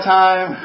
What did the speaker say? time